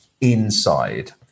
inside